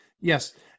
Yes